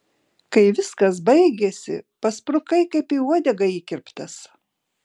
kai viskas baigėsi pasprukai kaip į uodegą įkirptas